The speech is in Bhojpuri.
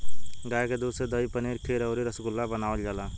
गाय के दूध से दही, पनीर खीर अउरी रसगुल्ला बनावल जाला